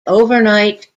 overnight